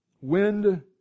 wind